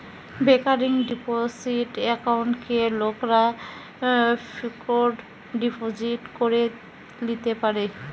recurring deposit একাউন্টকে লোকরা fixed deposit করে লিতে পারে